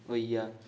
होई गेआ